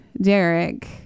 Derek